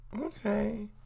okay